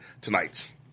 tonight